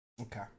Okay